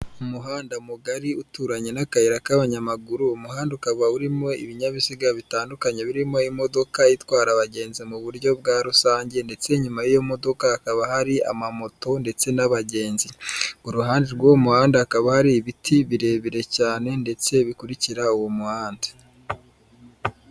Umuhanda mugari, uturanye n'akayira k'abanyamaguru, umuhanda ukaba urimo ibinyabiziga bitandukanye, birimo imodoka itwara abagenzi mu buryo bwa rusange, ndetse inyuma y'iyo modoka hakaba hari ama moto, ndetse n'abagenzi, ku ruhande rw'uwo muhanda hakaba hari ibiti birebire cyane, ndetse bikurikira uwo muhanda.